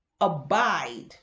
abide